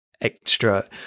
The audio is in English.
extra